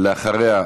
אחריה,